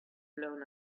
blown